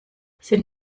sind